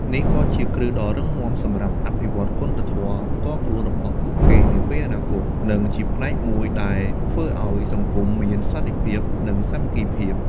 នេះក៏ជាគ្រឹះដ៏រឹងមាំសម្រាប់អភិវឌ្ឍគុណធម៌ផ្ទាល់ខ្លួនរបស់ពួកគេនាពេលអនាគត និងជាផ្នែកមួយដែលធ្វើឱ្យសង្គមមានសន្តិភាព និងសាមគ្គីភាព។